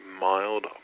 mild